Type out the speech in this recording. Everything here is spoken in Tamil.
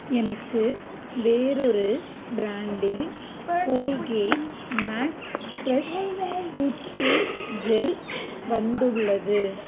எனக்கு வேறொரு பிராண்டில் Colgate max fresh toothpaste gel வந்துள்ளது